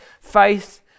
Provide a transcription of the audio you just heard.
faith